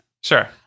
Sure